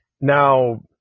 Now